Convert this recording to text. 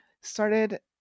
started